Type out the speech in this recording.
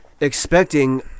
expecting